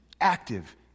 active